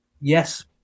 Yes